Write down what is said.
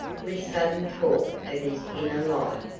with sudden talk of his inner life,